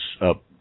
up